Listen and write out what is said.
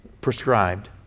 prescribed